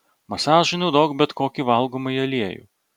masažui naudok bet kokį valgomąjį aliejų